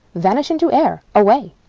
vanish into air, away!